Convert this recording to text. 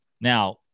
Now